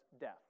death